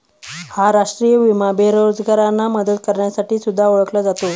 हा राष्ट्रीय विमा बेरोजगारांना मदत करण्यासाठी सुद्धा ओळखला जातो